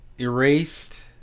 erased